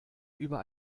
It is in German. über